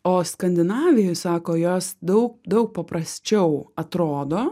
o skandinavijoj sako jos daug daug paprasčiau atrodo